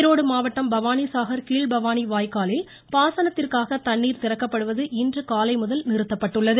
ஈரோடு மாவட்டம் பவானிசாகர் கீழ்பவானி வாய்க்காலில் பாசனத்திற்காக தண்ணீர் திறக்கப்படுவது இன்று காலைமுதல் நிறுத்தப்பட்டுள்ளது